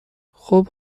خوب